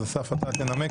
אז אסף ינמק.